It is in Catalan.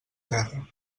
terra